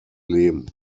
leben